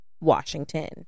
Washington